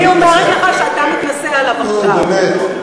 אני אומרת לך שאתה מתנשא עליו עכשיו, נו, באמת.